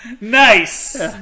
nice